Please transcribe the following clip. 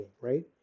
right